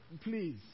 please